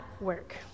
work